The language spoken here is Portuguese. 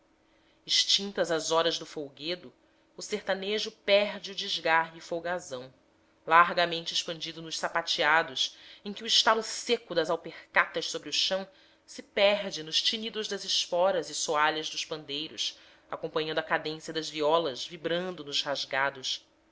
extintas as horas do folguedo o sertanejo perde o desgarre folgazão largamente expandido nos sapateados em que o estalo seco das alpercatas sobre o chão se parte nos tinidos das esporas e soalhas dos pandeiros acompanhando a cadência das violas vibrando nos rasgados